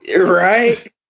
Right